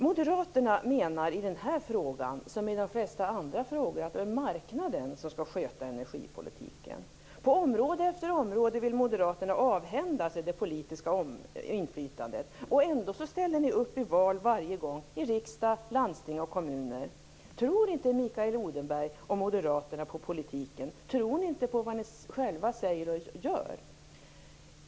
Moderaterna menar i den här frågan som i de flesta andra frågor att det är marknaden som skall sköta energipolitiken. På område efter område vill Moderaterna avhända sig det politiska inflytandet. Ändå ställer ni upp i val varje gång i riksdag, landsting och kommuner. Tror inte Mikael Odenberg och Moderaterna på politiken? Tror ni inte på vad ni själva säger och gör?